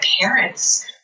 parents